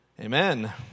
Amen